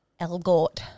Elgort